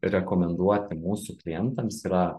rekomenduoti mūsų klientams yra